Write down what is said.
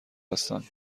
هستم